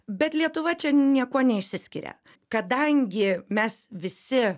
bet lietuva čia niekuo neišsiskiria kadangi mes visi